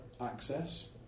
access